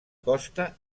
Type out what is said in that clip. costa